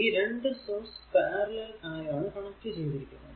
ഈ രണ്ടു source parallel ആയാണ് കണക്ട് ചെയ്തിരിക്കുന്നത്